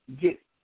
get